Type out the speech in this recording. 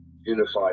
unified